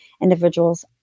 individuals